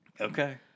Okay